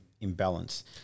imbalance